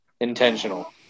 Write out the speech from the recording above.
intentional